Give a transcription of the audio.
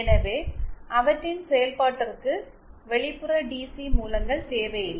எனவே அவற்றின் செயல்பாட்டிற்கு வெளிப்புற டிசி மூலங்கள் தேவையில்லை